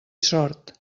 sord